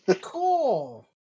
Cool